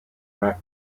rap